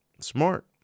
Smart